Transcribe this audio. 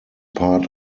part